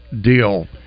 deal